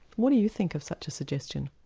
what do you think of such a suggestion?